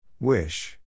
Wish